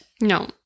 No